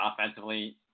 offensively